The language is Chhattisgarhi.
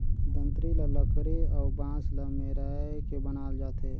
दँतरी ल लकरी अउ बांस ल मेराए के बनाल जाथे